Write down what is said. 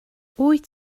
wyt